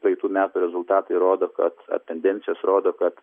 praeitų metų rezultatai rodo kad tendencijos rodo kad